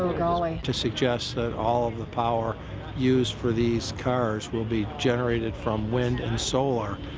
golly. to suggest that all of the power used for these cars will be generated from wind and solar,